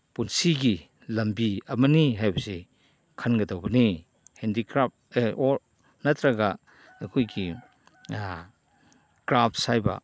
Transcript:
ꯄꯨꯟꯁꯤꯒꯤ ꯂꯝꯕꯤ ꯑꯃꯅꯤ ꯍꯥꯏꯕꯁꯦ ꯈꯟꯒꯗꯧꯕꯅꯤ ꯍꯦꯟꯗꯤꯀ꯭ꯔꯥꯐ ꯑꯣꯔ ꯅꯠꯇ꯭ꯔꯒ ꯑꯩꯈꯣꯏꯒꯤ ꯀ꯭ꯔꯥꯐꯁ ꯍꯥꯏꯕ